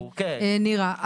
נירה,